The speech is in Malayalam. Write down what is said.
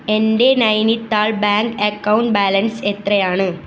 എൻ്റെ നൈനിത്താൾ ബാങ്ക് അക്കൗണ്ട് ബാലൻസ് എത്രയാണ്